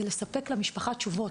זה לספק למשפחה תשובות.